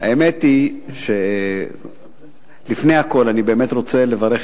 האמת היא שלפני הכול אני רוצה לברך,